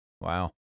Wow